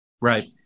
Right